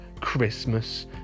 Christmas